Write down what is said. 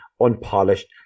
unpolished